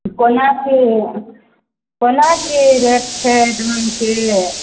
कोना छै कोना छै रेट छै धानके